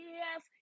yes